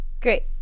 great